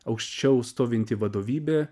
aukščiau stovinti vadovybė